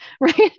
right